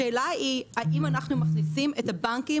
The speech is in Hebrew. השאלה היא האם אנחנו מכניסים את הבנקים